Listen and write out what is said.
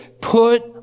put